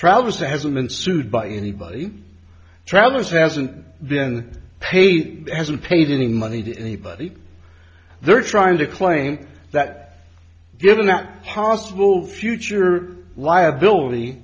travels to hasn't been sued by anybody travellers hasn't been paid hasn't paid any money to anybody they're trying to claim that given that possible future liability